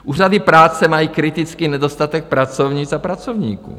Úřady práce mají kritický nedostatek pracovnic a pracovníků.